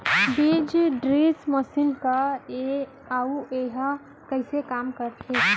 बीज drill machine का हे अऊ एहा कइसे काम करथे?